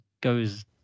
goes